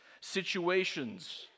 situations